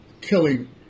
killing